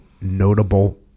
notable